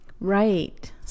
Right